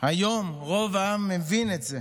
היום רוב העם מבין את זה.